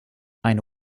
eine